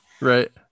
Right